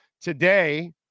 today